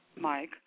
Mike